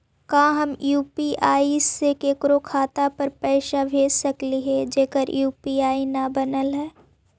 का हम यु.पी.आई से केकरो खाता पर पैसा भेज सकली हे जेकर यु.पी.आई न बनल है?